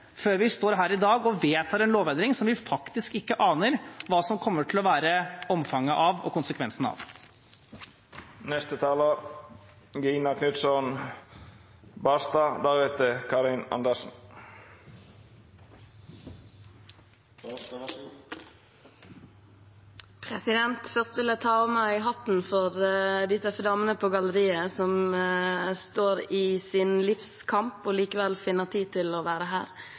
her i dag vedtar en lovendring som vi faktisk ikke aner omfanget og konsekvensen av. Først vil jeg ta av meg hatten for de tøffe damene på galleriet, som står i sitt livs kamp og likevel finner tid til å være her